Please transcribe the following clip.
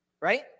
right